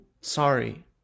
sorry